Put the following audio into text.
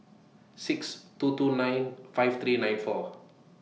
six two two nine five three nine four